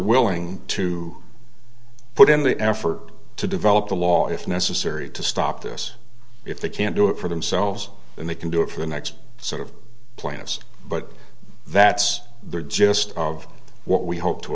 willing to put in the effort to develop the law if necessary to stop this if they can't do it for themselves and they can do it for the next sort of planets but that's the gist of what we hope to